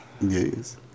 Yes